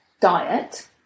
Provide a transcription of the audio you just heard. diet